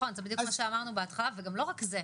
נכון, זה בדיוק מה שאמרנו בהתחלה, אבל לא רק זה.